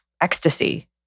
ecstasy